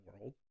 world